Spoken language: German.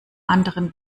anderen